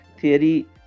theory